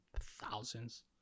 thousands